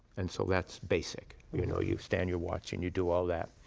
and so that's basic. you know, you stand your watch, and you do all that.